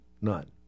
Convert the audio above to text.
none